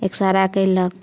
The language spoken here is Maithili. एक्स रे कयलक